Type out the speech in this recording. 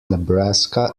nebraska